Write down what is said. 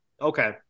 Okay